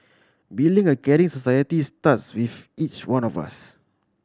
building a caring society starts with each one of us